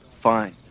fine